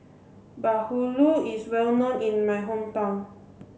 Bahulu is well known in my hometown